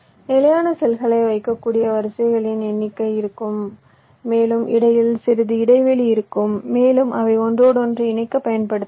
நிலையான செல்களை வைக்கக்கூடிய வரிசைகளின் எண்ணிக்கை இருக்கும் மேலும் இடையில் சிறிது இடைவெளி இருக்கும் மேலும் அவை ஒன்றோடொன்று இணைக்க பயன்படுத்தப்படலாம்